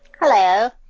Hello